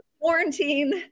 quarantine